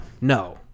No